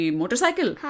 motorcycle